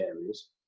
areas